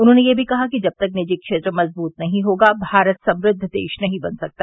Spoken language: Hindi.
उन्होंने यह भी कहा कि जब तक निजी क्षेत्र मजबूत नहीं होगा भारत समृद्द देश नहीं बन सकता